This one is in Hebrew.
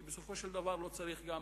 כי בסופו של דבר לא צריך גם